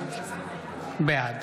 בעד